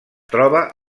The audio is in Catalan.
troba